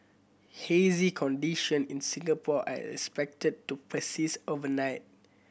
hazy condition in Singapore are expected to persist overnight